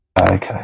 Okay